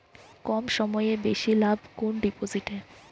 কম সময়ে বেশি লাভ কোন ডিপোজিটে?